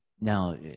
Now